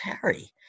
Harry